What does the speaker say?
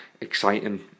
exciting